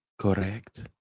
Correct